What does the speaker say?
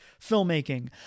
filmmaking